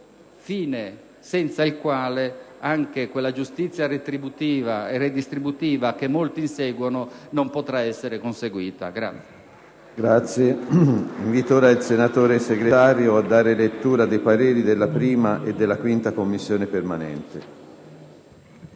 fine senza il quale anche quella giustizia retributiva e redistributiva che molti inseguono non potrà essere conseguita.